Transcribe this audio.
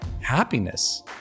happiness